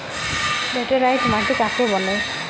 Laterite মাটি কাকে বলে?